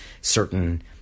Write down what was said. certain